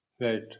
right